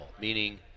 meaning